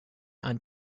and